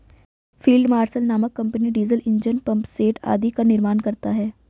field marshal नामक company diesel engine, pumpset आदि का निर्माण करता है